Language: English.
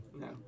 No